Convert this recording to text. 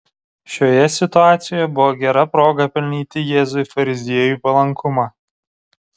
šioje situacijoje buvo gera proga pelnyti jėzui fariziejų palankumą